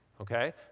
okay